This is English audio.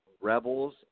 Rebels